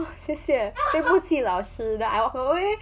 谢谢对不起老师 then I walked away